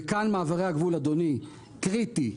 וכאן מעברי הגבול, אדוני, קריטי.